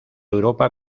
europa